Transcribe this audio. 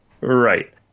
Right